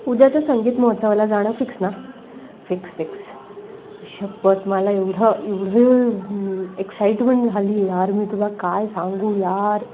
उद्याच्या संगीत महोत्सवाला जाणं फिक्स ना फिक्स फिक्स शप्पथ मला एवढं एवढं एक्साइटमेंट झाली यार मी तुला काय सांगू यार